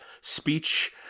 speech